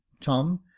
Tom